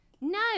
no